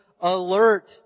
alert